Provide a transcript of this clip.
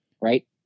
right